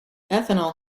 ethanol